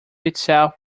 itself